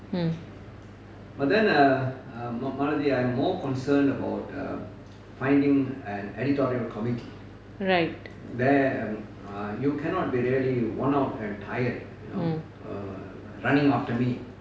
right mm